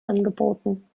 angeboten